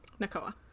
Nakoa